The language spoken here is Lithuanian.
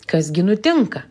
kas gi nutinka